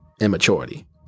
immaturity